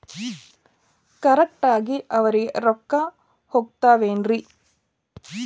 Correct ಆಗಿ ಅವರಿಗೆ ರೊಕ್ಕ ಹೋಗ್ತಾವೇನ್ರಿ?